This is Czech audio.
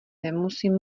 nemusím